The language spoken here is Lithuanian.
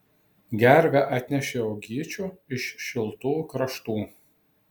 gervė atnešė uogyčių iš šiltų kraštų